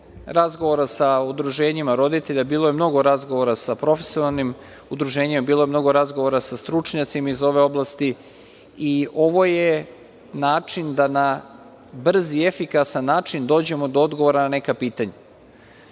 razgovora sa udruženjima roditelja, bilo je mnogo razgovora sa profesionalnim udruženjima, bilo je mnogo razgovora sa stručnjacima iz ove oblasti i ovo je način da na brz i efikasan način dođemo do odgovora na neka pitanja.